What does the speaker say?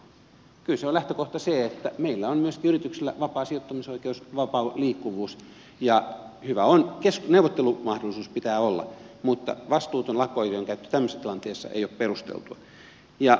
kyllä lähtökohta on se että meillä on myöskin yrityksillä vapaa sijoittautumisoikeus vapaa liikkuvuus ja hyvä on neuvottelumahdollisuus pitää olla mutta vastuuton lakko oikeuden käyttö tämmöisessä tilanteessa ei ole perusteltua